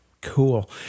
Cool